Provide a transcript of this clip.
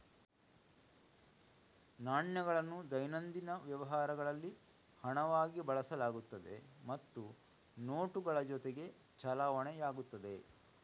ನಾಣ್ಯಗಳನ್ನು ದೈನಂದಿನ ವ್ಯವಹಾರಗಳಲ್ಲಿ ಹಣವಾಗಿ ಬಳಸಲಾಗುತ್ತದೆ ಮತ್ತು ನೋಟುಗಳ ಜೊತೆಗೆ ಚಲಾವಣೆಯಾಗುತ್ತದೆ